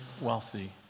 wealthy